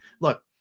look